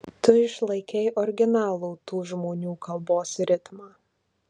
tu išlaikei originalų tų žmonių kalbos ritmą